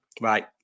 right